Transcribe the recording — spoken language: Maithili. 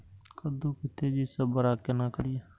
कद्दू के तेजी से बड़ा केना करिए?